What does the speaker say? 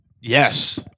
Yes